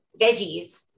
veggies